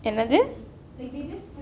எனது:enathu